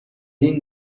این